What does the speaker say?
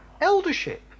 eldership